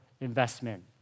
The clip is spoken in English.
investment